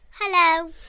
Hello